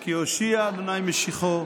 כי הושיע ה' משיחו,